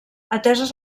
ateses